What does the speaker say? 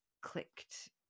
clicked